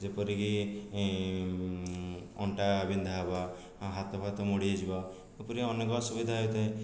ଯେପରିକି ଅଣ୍ଟା ବିନ୍ଧା ହେବା ହାତ ଫାତ ମୋଡ଼ି ହେଇଯିବା ଏପରି ଅନେକ ଅସୁବିଧା ହୋଇଥାଏ